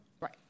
Right